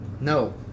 no